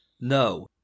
No